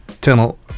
tunnel